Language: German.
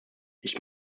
ich